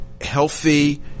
healthy